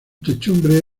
techumbre